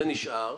זה נשאר.